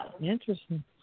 Interesting